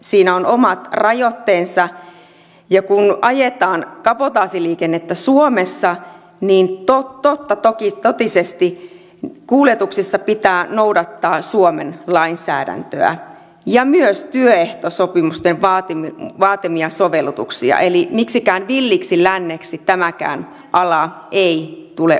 siinä on omat rajoitteensa ja kun ajetaan kabotaasiliikennettä suomessa niin totta totisesti kuljetuksissa pitää noudattaa suomen lainsäädäntöä ja myös työehtosopimusten vaatimia sovellutuksia eli mikään villi länsi tämäkään ala ei tule olemaan